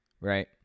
right